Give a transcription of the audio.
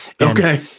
Okay